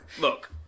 Look